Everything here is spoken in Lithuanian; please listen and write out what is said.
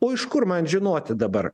o iš kur man žinoti dabar